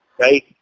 right